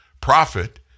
profit